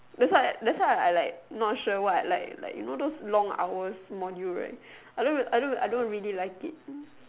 that's why that's why I like not sure what I like like you know those long hours module right I don't even I don't I don't really like it